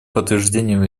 подтверждением